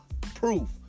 proof